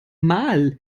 mal